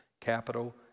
capital